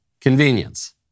convenience